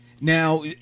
Now